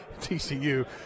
TCU